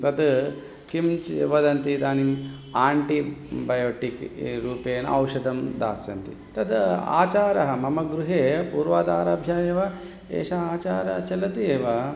तद् किं चि वदन्ति इदानीम् आण्टीबयोटिक् रूपेण औषधं दास्यन्ति तद् आचारः मम गृहे पूर्वादारभ्य एव एषः आचारः चलति एव